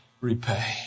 repay